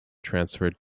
transferred